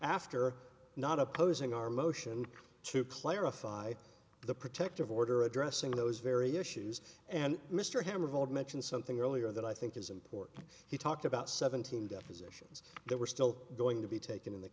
after not opposing our motion to clarify the protective order addressing those very issues and mr ham of old mentioned something earlier that i think is important he talked about seventeen depositions that were still going to be taken in th